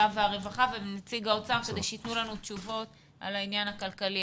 והרווחה ואת נציג האוצר כדי שייתנו לנו תשובות על העניין הכלכלי.